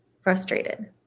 frustrated